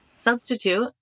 substitute